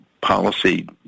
policy